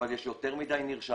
אבל יש יותר מדי נרשמים,